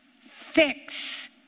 Fix